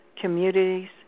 communities